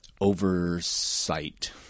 oversight